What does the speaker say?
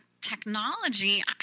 technology